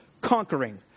conquering